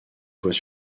voies